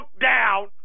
down